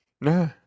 Nah